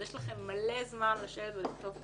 יש לכם מלא זמן לשבת ולכתוב תקנות.